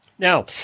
Now